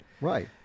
right